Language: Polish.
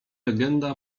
legenda